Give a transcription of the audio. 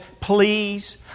please